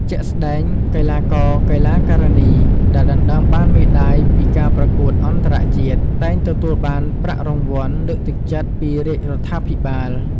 ជាក់ស្តែង កីឡាករ-កីឡាការិនីដែលដណ្តើមបានមេដាយពីការប្រកួតអន្តរជាតិ តែងទទួលបានប្រាក់រង្វាន់លើកទឹកចិត្តពីរាជរដ្ឋាភិបាល។